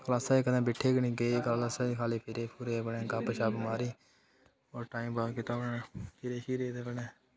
क्लासै च कदें बैठे निं गै क्लासै च खाल्ली फिरे फूरे अपने गपशप मारी होर टाइम पास कीता अपने फिरे शिरे ते कन्नै